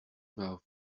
above